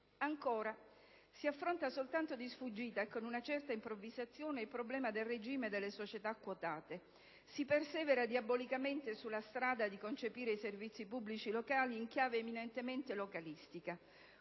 Inoltre, si affronta soltanto di sfuggita e con una certa improvvisazione il problema del regime delle società quotate; si persevera diabolicamente sulla strada di concepire i servizi pubblici locali in chiave eminentemente localistica.